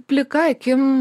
plika akim